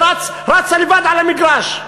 היא רצה לבד על המגרש,